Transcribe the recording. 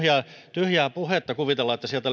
tyhjää puhetta kuvitella että sieltä